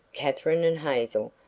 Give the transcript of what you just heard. katherine and hazel,